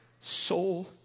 soul